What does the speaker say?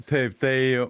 taip tai